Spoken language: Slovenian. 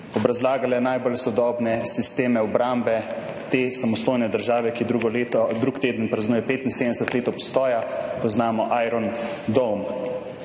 obrazlagale najbolj sodobne sisteme obrambe te samostojne države, ki naslednji teden praznuje 75 let obstoja, poznamo Iron Dome.